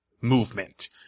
movement